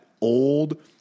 old